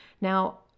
Now